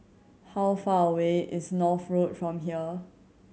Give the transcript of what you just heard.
how far away is North Road from here